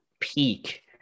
Peak